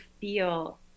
feel